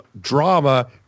drama